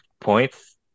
points